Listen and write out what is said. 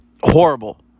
horrible